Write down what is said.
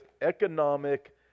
economic